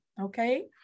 okay